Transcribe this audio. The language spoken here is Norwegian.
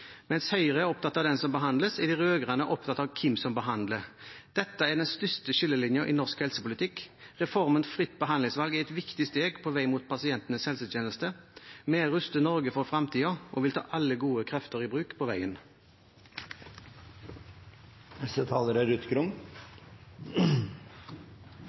Mens Høyre er opptatt av den som behandles, er de rød-grønne opptatt av hvem som behandler. Dette er den største skillelinjen i norsk helsepolitikk. Reformen fritt behandlingsvalg er et viktig steg på vei mot pasientenes helsetjeneste. Vi ruster Norge for framtiden og vil ta alle gode krefter i bruk på veien.